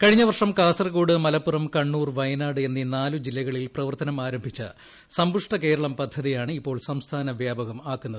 കഴിഞ്ഞ വർഷംകാസർഗോഡ് മലപ്പുറം കണ്ണൂർ വയനാട്എന്നീ നാലുജില്ലകളിൽ പ്രവർത്തനം ആരംഭിച്ച സമ്പുഷ്മ കേരളം പദ്ധതിയാണ് ഇപ്പോൾസംസ്ഥാന വ്യാപകമാക്കുന്നത്